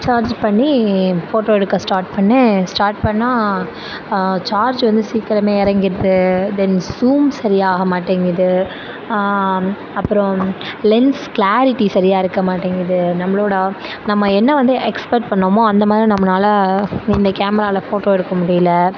charge பண்ணி photo எடுக்க start பண்ணேன் ஸ்டார்ட் பண்ணால் சார்ஜ் வந்து சீக்கிரமே இறங்கிருது தென் ஜூம் சரியாக ஆக மாட்டேங்குது அப்பறம் லென்ஸ் கிளாரிட்டி சரியாக இருக்க மாட்டேங்குது நம்மளோட நம்ம என்ன வந்து எக்ஸ்பெக்ட் பண்ணோமோ அந்தமாதிரி நம்மளால இந்த கேமராவில் ஃபோட்டோ எடுக்க முடியல